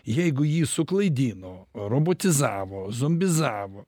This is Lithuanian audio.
jeigu jį suklaidino robotizavo zombizavo